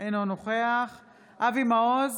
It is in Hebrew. אינו נוכח אבי מעוז,